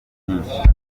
byinshi